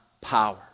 power